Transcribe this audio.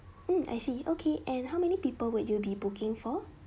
um I see okay and how many people would you be booking for